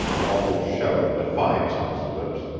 a muffled shout of defiance on his lips.